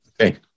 Okay